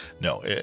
No